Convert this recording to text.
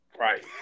right